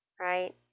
right